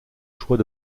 choix